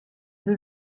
sie